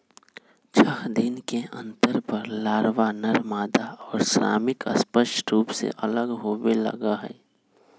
छः दिन के अंतर पर लारवा, नरमादा और श्रमिक स्पष्ट रूप से अलग होवे लगा हई